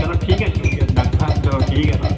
चलो ठीक ऐ शुक्रिया डाक्टर साहब चलो ठीक ऐ तां